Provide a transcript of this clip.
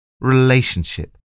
relationship